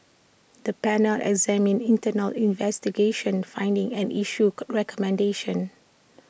the panel examined internal investigation findings and issued recommendations